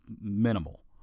Minimal